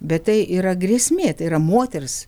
bet tai yra grėsmė tai yra moters